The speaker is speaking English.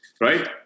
right